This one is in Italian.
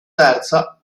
terza